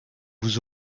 vous